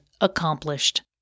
accomplished